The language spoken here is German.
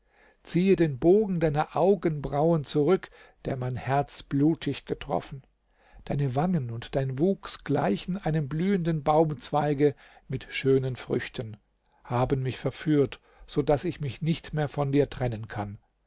ziehe den bogen deiner augenbrauen zurück der mein herz blutig getroffen deine wangen und dein wuchs gleichen einem blühenden baumzweige mit schönen früchten haben mich verführt so daß ich mich nicht mehr von dir trennen kann